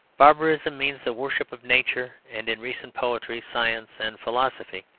barbarism means the worship of nature and in recent poetry, science, and philosophy